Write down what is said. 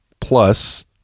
plus